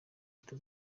leta